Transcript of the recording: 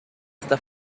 esta